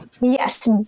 Yes